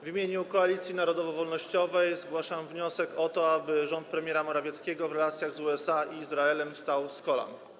W imieniu koalicji narodowo-wolnościowej zgłaszam wniosek o to, aby rząd premiera Morawieckiego w relacjach z USA i Izraelem wstał z kolan.